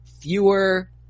fewer